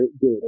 good